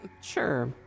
Sure